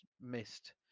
missed